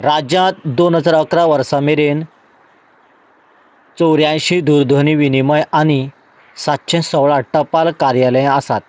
राज्यांत दोन हजार इकरा वर्सा मेरेन चोवद्यांयशी दूरध्वनी विनिमय आनी सातशे सोळा टपाल कार्यालयां आसात